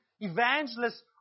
Evangelists